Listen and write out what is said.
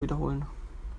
wiederholen